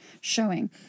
showing